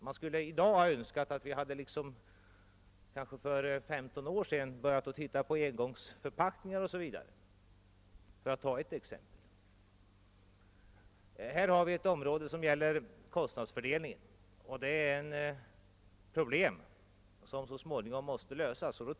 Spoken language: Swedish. Man skulle i dag önska att vi för kanske 15 år sedan hade börjat uppmärksamma exempelvis engångsförpackningarna och problemen kring dem. Här har vi ett område som gäller kostnadsfördelningen, och det är eit problem som så småningom måste lösas.